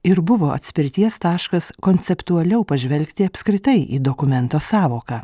ir buvo atspirties taškas konceptualiau pažvelgti apskritai į dokumento sąvoką